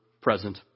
present